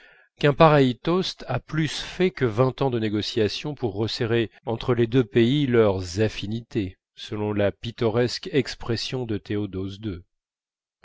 qu'un pareil toast a plus fait que vingt ans de négociations pour resserrer les deux pays leurs affinités selon la pittoresque expression de théodose